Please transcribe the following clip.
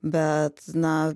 bet na